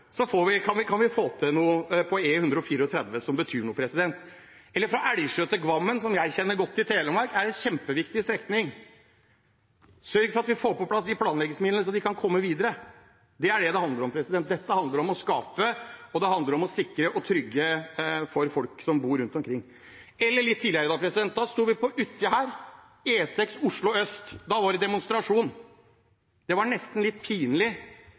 kan de stemme for, så kan vi få til noe på E134 som betyr noe. Elgsjø–Gvammen i Telemark, som jeg kjenner godt, er en kjempeviktig strekning. Sørg for at vi får på plass de planleggingsmidlene så de kan komme videre – det er det det handler om. Dette handler om å skape, og det handler om å sikre og trygge for folk som bor rundt omkring. Litt tidligere i dag, da vi sto på utsiden her, gjaldt det E6 Oslo øst. Da var det demonstrasjon. Det var nesten litt pinlig